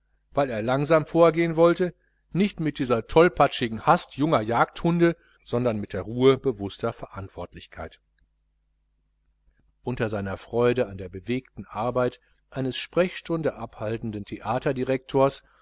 weil er langsam vorgehen wollte nicht mit dieser tolpatschigen hast junger jagdhunde sondern mit der ruhe bewußter verantwortlichkeit unter seiner freude an der bewegten arbeit eines sprechstunde abhaltenden